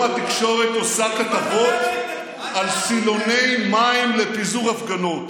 היום התקשורת עושה כתבות על סילוני מים לפיזור הפגנות.